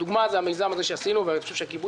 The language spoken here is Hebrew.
הדוגמה היא המיזם הזה שעשינו ואני חושב שהגיבוי